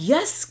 Yes